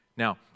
Now